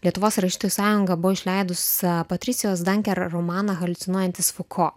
lietuvos rašytojų sąjunga buvo išleidusi patricijos danke romaną haliucinuojantis fuko